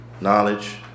Knowledge